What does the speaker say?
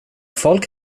folk